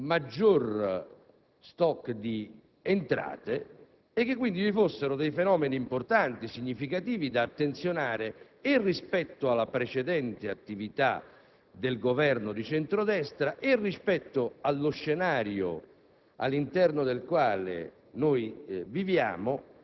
si delineava un maggiore *stock* di entrate e che quindi vi fossero dei fenomeni importanti, significativi su cui porre l'attenzione, sia rispetto alla precedente attività del Governo di centro-destra sia rispetto allo scenario